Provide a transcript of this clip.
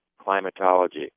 Climatology